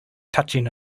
touching